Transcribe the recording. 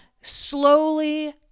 slowly